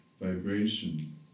vibration